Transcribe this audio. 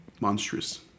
monstrous